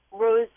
rose